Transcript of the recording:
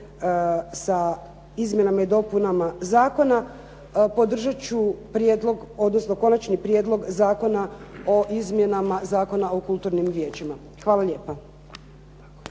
sa izmjenama i dopunama zakona podržati ću prijedlog, odnosno Konačni prijedlog zakona o izmjenama Zakona o kulturnim vijeća. Hvala lijepa.